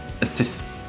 assist